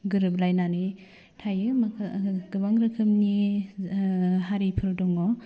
गोरोबलायनानै थायो गोबां रोखोमनि हारिफोर दङ